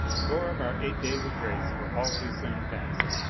four of our eight days of grace were all too soon passed.